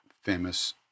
famous